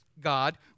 God